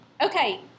Okay